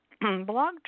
Blog